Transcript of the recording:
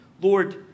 Lord